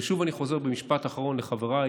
ושוב אני חוזר במשפט אחרון לחבריי